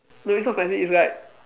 no it's not spicy it's like